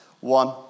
One